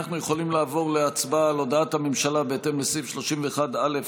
אנחנו יכולים לעבור להצבעה על הודעת הממשלה בהתאם לסעיף 31(א)